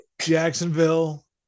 Jacksonville